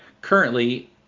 currently